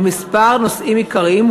בכמה נושאים עיקריים,